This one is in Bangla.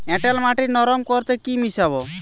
এঁটেল মাটি নরম করতে কি মিশাব?